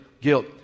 guilt